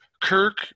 Kirk